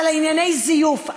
על ענייני זיוף.